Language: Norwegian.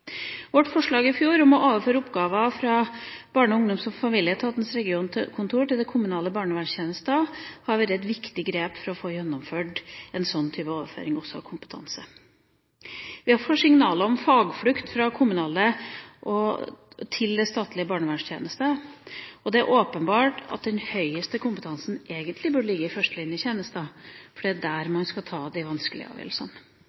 Vårt forslag i fjor om å overføre oppgaver fra Barne-, ungdoms- og familieetatens regionskontor til den kommunale barnevernstjenesten hadde vært et viktig grep for å få gjennomført en sånn type overføring av kompetanse. Vi har fått signaler om fagflukt fra den kommunale til den statlige barnevernstjenesten. Det er åpenbart at den høyeste kompetansen egentlig burde ligge i førstelinjetjenesten, for det er der